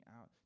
out